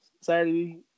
Saturday